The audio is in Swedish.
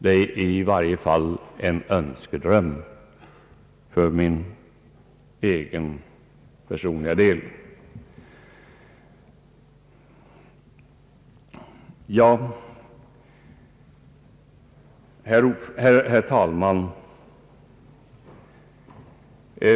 Det är i varje fall en önskedröm för mig. Herr talman!